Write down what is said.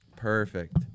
Perfect